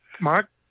Mark